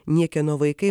niekieno vaikai